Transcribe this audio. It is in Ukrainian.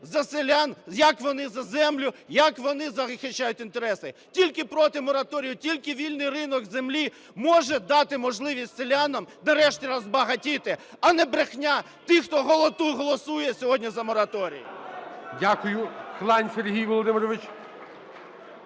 за селян, як вони за землю, як вони захищають інтереси. Тільки проти мораторію, тільки вільний ринок землі може дати можливість селянам нарешті розбагатіти, а не брехня тих, хто голосує сьогодні за мораторій. ГОЛОВУЮЧИЙ. Дякую. Хлань Сергій Володимирович.